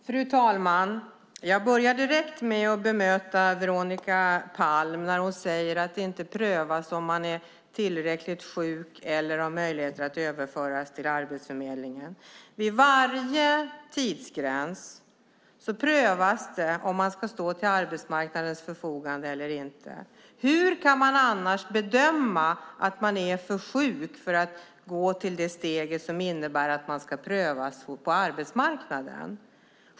Fru talman! Jag börjar med att bemöta Veronica Palm när hon säger att det inte prövas om man är tillräckligt sjuk eller kan överföras till Arbetsförmedlingen. Vid varje tidsgräns prövas om personen i fråga kan stå till arbetsmarknadens förfogande eller inte. Hur ska man annars kunna bedöma om någon är för sjuk för att gå vidare till det steg som innebär att man prövas på arbetsmarknaden?